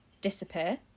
disappear